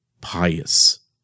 pious